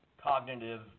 cognitive